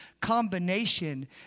combination